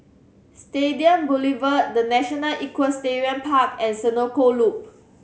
Stadium Boulevard The National Equestrian Park and Senoko Loop